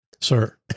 Sir